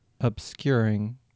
obscuring